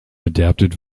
adapted